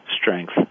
strength